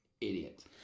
Idiot